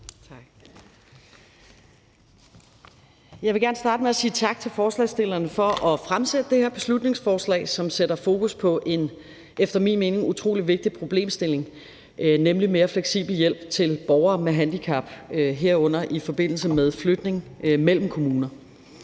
Tak. Jeg vil gerne starte med at sige tak til forslagsstillerne for at fremsætte det her beslutningsforslag, som sætter fokus på en efter min mening utrolig vigtig problemstilling, nemlig mere fleksibel hjælp til borgere med handicap, herunder i forbindelse med flytning mellem kommuner.